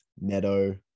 Neto